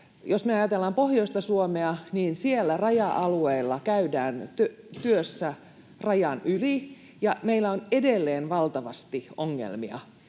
Jos me ajattelemme pohjoista Suomea, niin siellä raja-alueilla käydään työssä rajan yli, ja meillä on edelleen valtavasti ongelmia